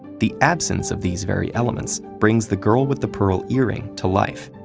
the absence of these very elements brings the girl with the pearl earring to life.